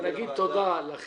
נתקבלה.